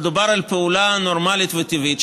מדובר על פעולה נורמלית וטבעית,